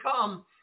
come